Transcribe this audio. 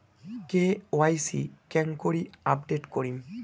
KYC কেঙ্গকরি update করিম?